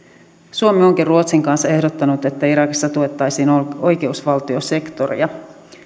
suomi onkin ruotsin kanssa ehdottanut että irakissa tuettaisiin oikeusvaltiosektoria